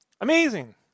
Amazing